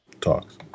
talks